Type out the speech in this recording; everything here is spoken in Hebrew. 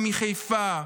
מחיפה,